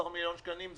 15 מיליון שקלים.